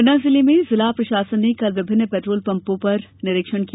पन्ना जिले में जिला प्रशासन ने कल विभिन्न पेट्रोल पंपों का निरीक्षण किया